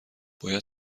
باید